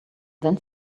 then